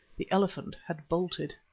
the elephant had bolted.